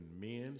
men